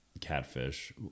catfish